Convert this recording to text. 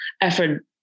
effort